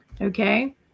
Okay